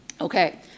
Okay